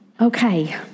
Okay